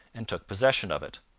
and took possession of it.